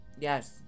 Yes